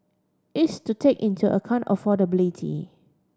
is to take into account affordability